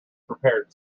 prepared